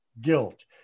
guilt